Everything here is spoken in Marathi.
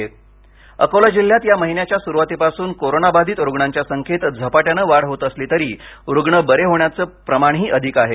अकोला अकोला जिल्ह्यात या महिन्याच्या सुरुवातीपासून कोरोना बाधित रुग्णांच्या संख्येत झपाट्याने वाढ होत असली तरी रुग्ण बरे होण्याचं प्रमाणही अधिक आहे